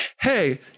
hey